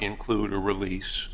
include a release